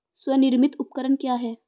स्वनिर्मित उपकरण क्या है?